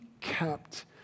kept